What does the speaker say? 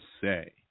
say